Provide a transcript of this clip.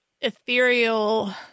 ethereal